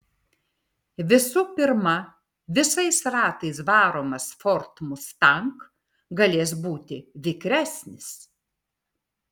visų pirma visais ratais varomas ford mustang galės būti vikresnis